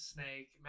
Snake